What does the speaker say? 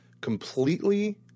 completely